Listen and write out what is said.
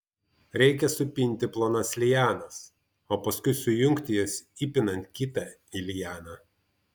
reikia supinti plonas lianas o paskui sujungti jas įpinant kitą lianą